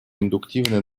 индуктивное